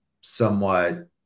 somewhat